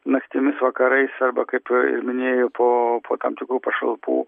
naktimis vakarais arba kaip minėjo po po tam tikrų pašalpų